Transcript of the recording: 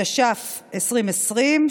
התש"ף 2020,